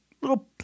little